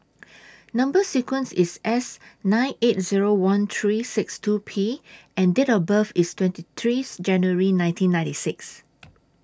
Number sequence IS S nine eight Zero one three six two P and Date of birth IS twenty three January nineteen ninety six